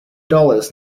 dollars